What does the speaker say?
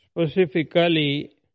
Specifically